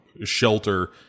shelter